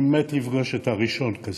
אני מת לפגוש את הראשון הזה.